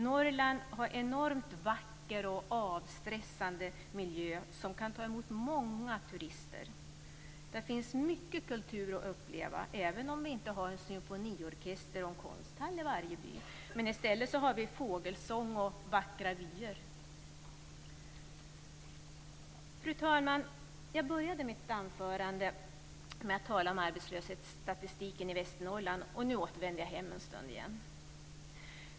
Norrland har en enormt vacker och avstressande miljö som kan ta emot många turister. Där finns mycket kultur att uppleva, även om vi inte har en symfoniorkester eller konsthall i varje by. I stället har vi fågelsång och vackra vyer. Fru talman! Jag började mitt anförande med att tala om arbetslöshetsstatistiken i Västernorrland. Nu återvänder jag hem en stund igen.